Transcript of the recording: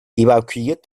evakuiert